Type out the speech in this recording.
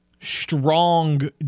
strong